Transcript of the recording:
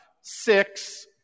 six